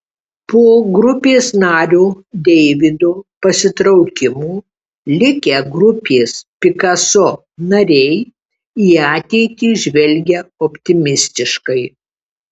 po grupės nario deivido pasitraukimo likę grupės pikaso nariai į ateitį žvelgia optimistiškai